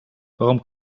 warum